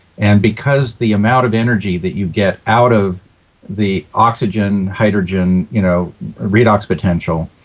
and because the amount of energy that you get out of the oxygen, hydrogen you know redox potential,